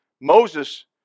Moses